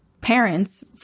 parents